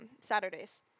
Saturdays